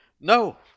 No